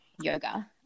yoga